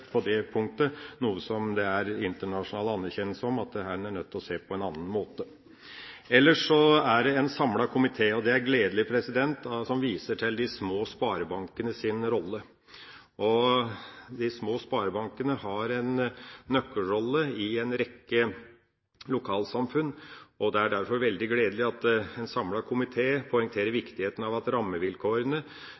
på dette punktet, som det er internasjonal anerkjennelse av at vi er nødt til å se på på en annen måte. Ellers er det en samlet komité, og det er gledelig, som viser til de små sparebankenes rolle. De små sparebankene har en nøkkelrolle i en rekke lokalsamfunn. Det er derfor veldig gledelig at en samlet komité poengterer viktigheten av at vi